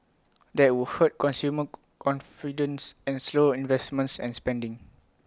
that would hurt consumer confidence and slow investments and spending